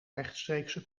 rechtstreekse